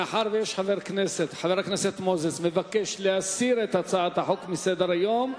מאחר שחבר הכנסת מוזס מבקש להסיר את הצעת החוק מסדר-היום,